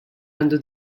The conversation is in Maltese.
għandu